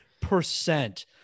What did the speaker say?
percent